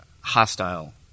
hostile